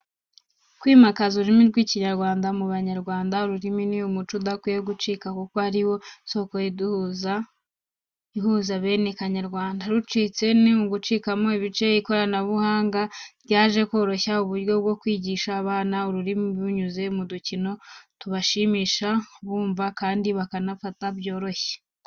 Kwimakaza ururimi rw’Ikinyarwanda mu Banyarwanda, ururimi ni umuco udakwiye gucika kuko ari yo soko ihuza bene Kanyarwanda, rucitse ni ugucikamo ibice. Ikoranabuhanga ryaje koroshya uburyo bwo kwigisha abana ururimi binyuze mu dukino tubashimisha bumva, kandi bakanafata byoroshye.